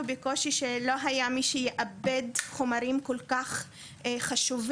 בקושי שלא היה מי שיעבד חומרים כל כך חשובים,